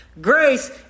Grace